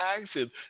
action